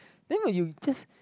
then when you just